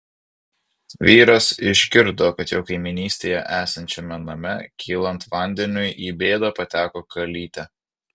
vyras išgirdo kad jo kaimynystėje esančiame name kylant vandeniui į bėdą pateko kalytė